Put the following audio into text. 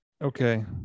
okay